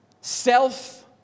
self